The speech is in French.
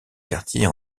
quartier